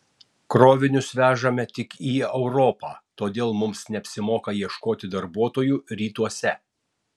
krovinius vežame tik į europą todėl mums neapsimoka ieškoti darbuotojų rytuose